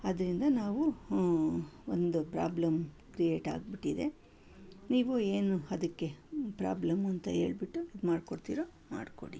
ಆದ್ದರಿಂದ ನಾವು ಒಂದು ಪ್ರಾಬ್ಲಮ್ ಕ್ರಿಯೇಟಾಗ್ಬಿಟ್ಟಿದೆ ನೀವು ಏನು ಅದಕ್ಕೆ ಪ್ರಾಬ್ಲಮ್ ಅಂತ ಹೇಳ್ಬಿಟ್ಟು ಮಾಡ್ಕೊಡ್ತೀರ ಮಾಡ್ಕೊಡಿ